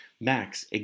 Max